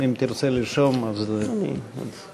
אם תרצה לרשום, בסדר גמור.